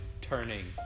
turning